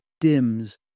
dims